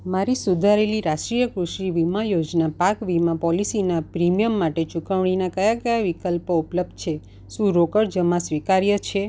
મારી સુધારેલી રાષ્ટ્રીય કૃષિ વીમા યોજના પાક વીમા પોલિસીનાં પ્રીમિયમ માટે ચુકવણીના કયા ક્યા વિકલ્પો ઉપલબ્ધ છે શું રોકડ જમા સ્વીકાર્ય છે